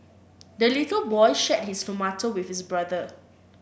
the little boy shared his tomato with his brother